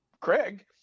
Craig